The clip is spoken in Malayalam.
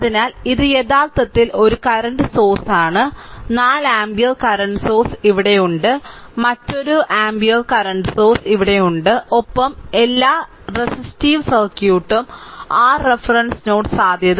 അതിനാൽ ഇത് യഥാർത്ഥത്തിൽ ഒരു കറന്റ് സോഴ്സ്ആണ് 4 ആമ്പിയർ കറന്റ് സോഴ്സ് ഇവിടെയുണ്ട് മറ്റൊരു 1 ആമ്പിയർ കറന്റ് സോഴ്സ് ഇവിടെയുണ്ട് ഒപ്പം എല്ലാ റെസിസ്റ്റീവ് സർക്യൂട്ടും r റഫറൻസ് നോഡ് സാധ്യത 0